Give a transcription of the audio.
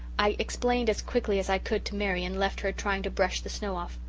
i explained as quickly as i could to mary, and left her trying to brush the snow off.